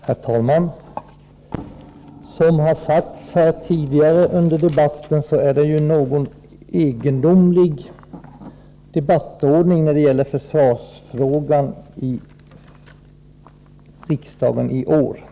Herr talman! Som det har sagts tidigare under debatten är det i år en något egendomlig debattordning i riksdagen när det gäller försvarsfrågan.